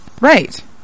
Right